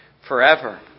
forever